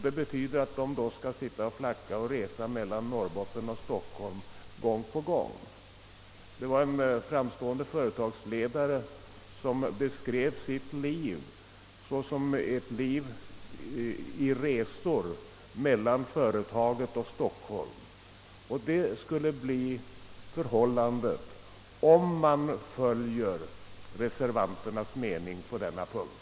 Detta betyder att man ständigt måste flacka mellan Norrbotten och Stockholm. En framstående företagsledare har beskrivit sin verksamhet såsom ett liv i resor mellan företaget och Stockholm, och detsamma skulle bli förhållandet för personalen på huvudkontoret om man följer reservanternas mening på denna punkt.